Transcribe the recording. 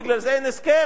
בגלל זה אין הסכם,